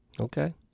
Okay